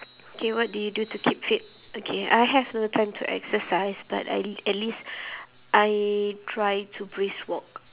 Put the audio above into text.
okay what do you to keep fit okay I have no time to exercise but I at least I try to brisk walk